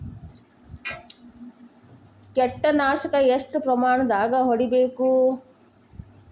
ಕೇಟ ನಾಶಕ ಎಷ್ಟ ಪ್ರಮಾಣದಾಗ್ ಹೊಡಿಬೇಕ?